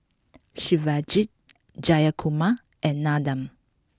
Shivaji Jayakumar and Nandan